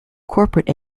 corporate